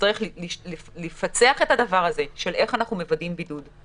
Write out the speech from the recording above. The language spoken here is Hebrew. נצטרך לפצח את הדבר הזה של איך אנחנו מוודאים בידוד,